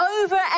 over